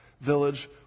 village